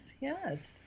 Yes